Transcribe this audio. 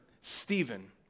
Stephen